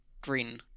green